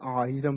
g